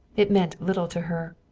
it meant little to her.